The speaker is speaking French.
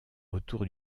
autour